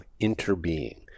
interbeing